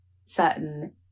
certain